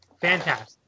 fantastic